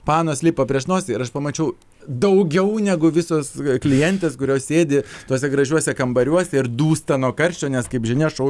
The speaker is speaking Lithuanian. panos lipa prieš nosį ir aš pamačiau daugiau negu visos klientės kurios sėdi tuose gražiuose kambariuose ir dūsta nuo karščio nes kaip žinia šou